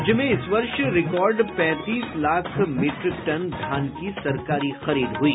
राज्य में इस वर्ष रिकॉर्ड पैंतीस लाख मीट्रिक टन धान की सरकारी खरीद हुई